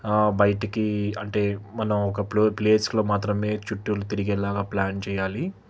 బయటికి అంటే మనం ఒక ప్లో ప్లేస్లో మాత్రమే చుట్టూలు తిరిగేలాగా ప్లాన్ చెయ్యాలి